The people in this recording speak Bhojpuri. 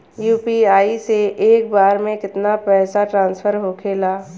यू.पी.आई से एक बार मे केतना पैसा ट्रस्फर होखे ला?